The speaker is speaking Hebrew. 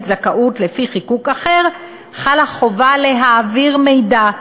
זכאות לפי חיקוק אחר חלה חובה להעביר מידע,